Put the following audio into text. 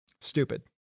Stupid